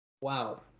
Wow